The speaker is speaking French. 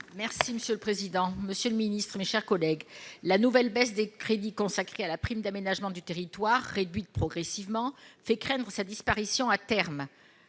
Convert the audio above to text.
Merci monsieur le président, Monsieur le Ministre, mes chers collègues, la nouvelle baisse des crédits consacrés à la prime d'aménagement du territoire réduite progressivement fait craindre sa disparition, à terme,